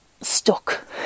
stuck